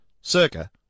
circa